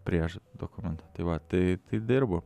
prieš dokumentą tai va tai tai dirbu